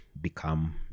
become